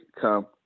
come